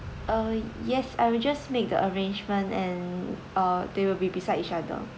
uh yes I will just make the arrangement and uh they will be beside each other